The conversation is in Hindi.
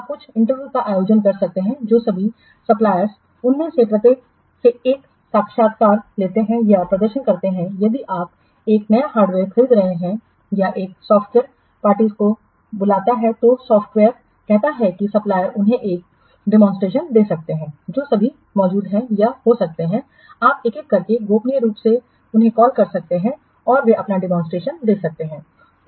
आप कुछ इंटरव्यू का आयोजन कर सकते हैं जो सभी सप्लायर्ससप्लायर्स उनमें से प्रत्येक से एक साक्षात्कार लेते हैं या प्रदर्शन करते हैं यदि आप एक नया हार्डवेयर खरीद रहे हैं या एक सॉफ्टवेयर पार्टियों को बुलाता है तो सॉफ्टवेयर कहता है कि सप्लायर्सउन्हें एक डेमोंसट्रेशन दे सकते हैं जो सभी मौजूद हैं या हो सकते हैं आप एक एक करके गोपनीय रूप से कॉल कर सकते हैं और वे अपना डेमोंसट्रेशन दे सकते हैं